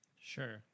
Sure